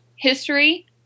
history